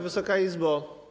Wysoka Izbo!